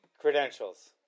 credentials